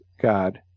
God